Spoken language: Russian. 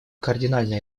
кардинальный